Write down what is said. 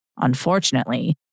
Unfortunately